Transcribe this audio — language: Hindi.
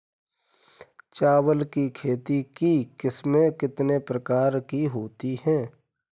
चावल की खेती की किस्में कितने प्रकार की होती हैं?